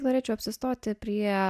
norėčiau apsistoti prie